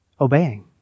obeying